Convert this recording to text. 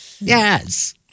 Yes